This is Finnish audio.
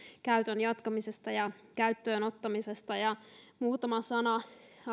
käytön jatkamisesta ja käyttöönottamisesta muutama sana